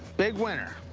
big winner.